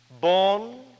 Born